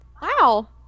Wow